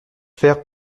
faire